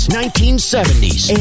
1970s